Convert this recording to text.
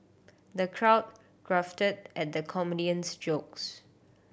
the crowd at the comedian's jokes